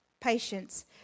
patients